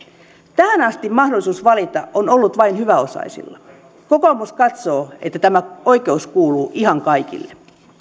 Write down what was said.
tähän asti mahdollisuus valita on ollut vain hyväosaisilla kokoomus katsoo että tämä oikeus kuuluu ihan kaikille